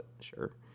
sure